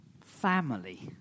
Family